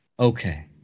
Okay